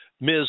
Ms